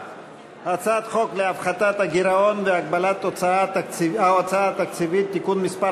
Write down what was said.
הצעת חוק להפחתת הגירעון והגבלת ההוצאה התקציבית (תיקון מס'